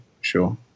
sure